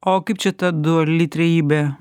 o kaip čia ta duali trejybė